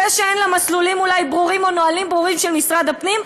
זה שאין לה מסלולים אולי ברורים או נהלים ברורים של משרד הפנים,